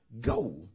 go